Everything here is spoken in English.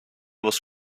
was